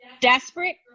Desperate